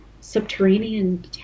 subterranean